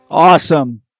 Awesome